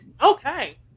Okay